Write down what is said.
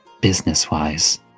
business-wise